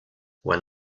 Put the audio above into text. when